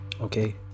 okay